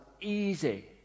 easy